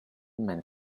man